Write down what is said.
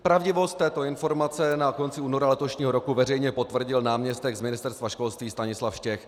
Pravdivost této informace na konci února letošního roku veřejně potvrdil náměstek z Ministerstva školství Stanislav Štech.